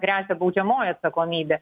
gresia baudžiamoji atsakomybė